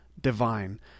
divine